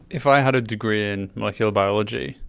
if i had a degree in molecular biology,